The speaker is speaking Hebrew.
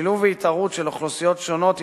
שילוב והתערות של אוכלוסיות שונות הוא